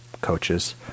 coaches